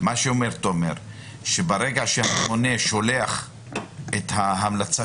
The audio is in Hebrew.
תומר אומר שברגע שהממונה שולח את ההמלצה